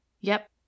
Yep